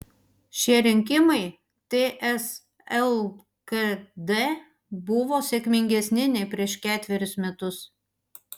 šie rinkimai ts lkd buvo sėkmingesni nei prieš ketverius metus